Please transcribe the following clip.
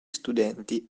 studenti